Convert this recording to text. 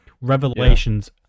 Revelations